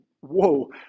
whoa